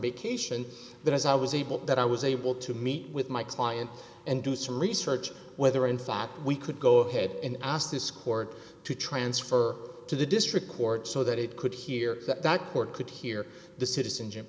vacation that as i was able that i was able to meet with my client and do some research whether in fact we could go ahead and ask this court to transfer to the district court so that it could hear that that court could hear the citizenship